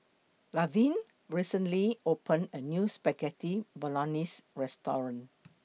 Lavern recently opened A New Spaghetti Bolognese Restaurant